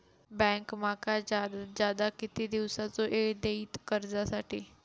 Bank माका जादात जादा किती दिवसाचो येळ देयीत कर्जासाठी?